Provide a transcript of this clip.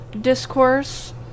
discourse